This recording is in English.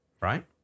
Right